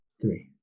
three